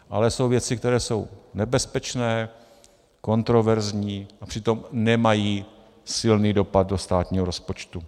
Ale jsou věci, které jsou nebezpečné, kontroverzní a přitom nemají silný dopad do státního rozpočtu.